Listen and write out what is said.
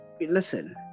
listen